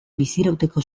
bizirauteko